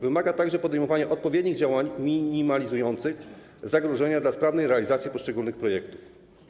Wymaga także podejmowania odpowiednich działań minimalizujących zagrożenia dla sprawnej realizacji poszczególnych projektów.